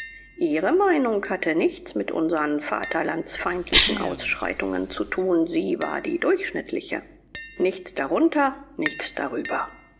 ihre meinung hatte nichts mit unsern vaterlandsfeindlichen ausschreitungen zu tun sie war die durchschnittliche nichts darunter nichts darüber